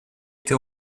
été